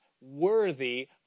worthy